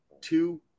two